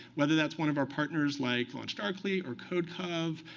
whether that's one of our partners like launchdarkly, or codecov,